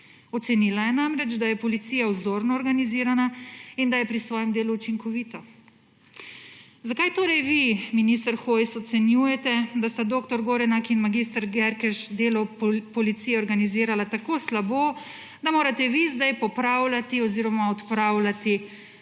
Ocenila je namreč, da je policija vzorno organizirana in da je pri svojem delu učinkovita. Zakaj torej vi, minister Hojs, ocenjujete, da sta dr. Gorenak in mag. Györkös delo policije organizirala tako slabo, da morate vi zdaj popravljati oziroma odpravljati njune